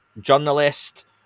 journalist